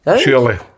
Surely